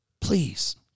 please